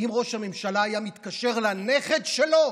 האם ראש הממשלה היה מתקשר לנכד שלו